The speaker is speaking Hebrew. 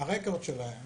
הרקורד שלהם